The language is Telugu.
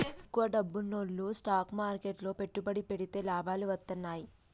ఎక్కువ డబ్బున్నోల్లు స్టాక్ మార్కెట్లు లో పెట్టుబడి పెడితే లాభాలు వత్తన్నయ్యి